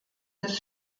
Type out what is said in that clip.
des